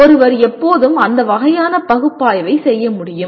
ஒருவர் எப்போதும் அந்த வகையான பகுப்பாய்வை செய்ய முடியும்